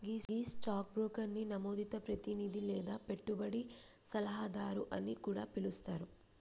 గీ stock బ్రోకర్ని నమోదిత ప్రతినిధి లేదా పెట్టుబడి సలహాదారు అని కూడా పిలుస్తారు